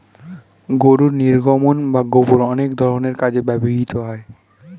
গরুর নির্গমন বা গোবর অনেক ধরনের কাজে ব্যবহৃত হয়